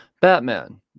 Batman